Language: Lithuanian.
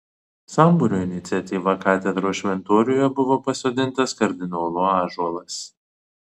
sambūrio iniciatyva katedros šventoriuje buvo pasodintas kardinolo ąžuolas